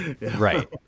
Right